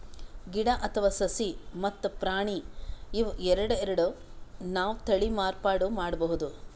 ಗಿಡ ಅಥವಾ ಸಸಿ ಮತ್ತ್ ಪ್ರಾಣಿ ಇವ್ ಎರಡೆರಡು ನಾವ್ ತಳಿ ಮಾರ್ಪಾಡ್ ಮಾಡಬಹುದ್